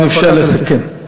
אם אפשר לסכם.